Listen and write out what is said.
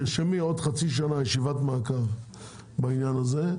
תרשמי: עוד חצי שנה ישיבת מעקב בעניין הזה,